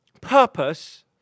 purpose